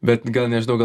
bet gal nežinau gal